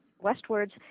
westwards